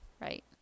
Right